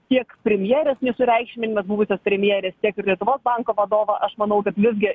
tiek premjerės nesureikšminimas buvusios premjerės tiek ir lietuvos banko vadovo aš manau kad visgi